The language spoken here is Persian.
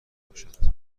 باشند